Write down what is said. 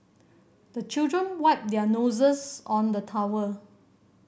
the children wipe their noses on the towel